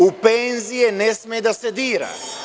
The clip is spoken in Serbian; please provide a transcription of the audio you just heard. U penzije ne sme da se dira.